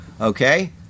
okay